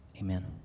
Amen